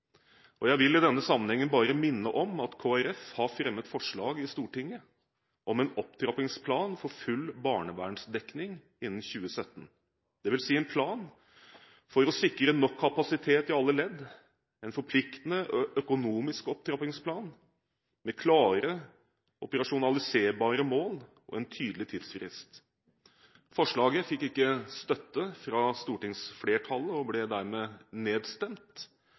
Jeg vil i denne sammenhengen minne om at Kristelig Folkeparti har fremmet forslag i Stortinget om en opptrappingsplan for full barnevernsdekning innen 2017, dvs. en plan for å sikre nok kapasitet i alle ledd – en forpliktende økonomisk opptrappingsplan med klare operasjonaliserbare mål og en tydelig tidsfrist. Forslaget fikk ikke støtte fra stortingsflertallet og ble dermed nedstemt,